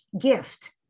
gift